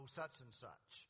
such-and-such